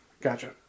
Gotcha